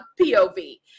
pov